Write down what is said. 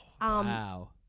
Wow